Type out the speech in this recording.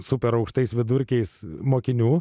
superaukštais vidurkiais mokinių